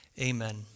Amen